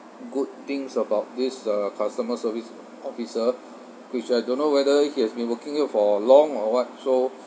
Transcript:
good things about this uh customer service officer which I don't know whether he has been working here for long or what so